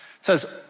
says